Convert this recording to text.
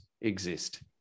exist